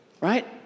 right